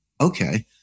Okay